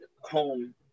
home